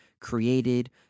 created